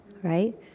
Right